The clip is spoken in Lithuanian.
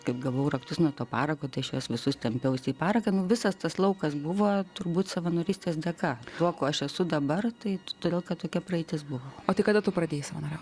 kaip gavau raktus nuo to parako tai aš juos visus tempiausi į paraką nu visas tas laukas buvo turbūt savanorystės dėka tuo kuo aš esu dabar taip todėl kad tokia praeitis buvo o tai kada tu pradėjai savanoriaut